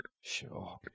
Sure